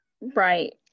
right